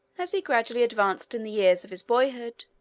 as he gradually advanced in the years of his boyhood,